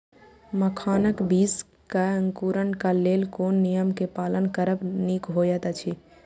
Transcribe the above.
मखानक बीज़ क अंकुरन क लेल कोन नियम क पालन करब निक होयत अछि?